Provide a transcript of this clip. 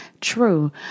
true